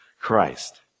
Christ